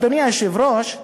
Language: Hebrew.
אדוני היושב-ראש,